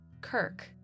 Kirk